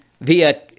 via